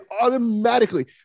automatically